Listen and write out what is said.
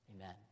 Amen